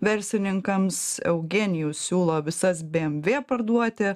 verslininkams eugenijus siūlo visas bmw parduoti